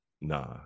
Nah